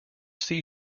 sea